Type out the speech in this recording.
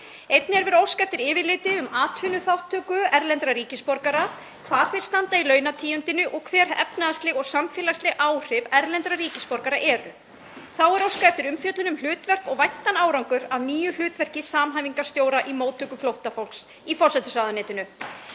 Einnig er óskað eftir yfirliti um atvinnuþátttöku erlendra ríkisborgara, hvar þeir standa í launatíundinni og hver efnahagsleg og samfélagsleg áhrif erlendra ríkisborgara eru. Þá er óskað eftir umfjöllun um hlutverk og væntan árangur af nýju hlutverki samhæfingarstjóra í móttöku flóttafólks í forsætisráðuneytinu.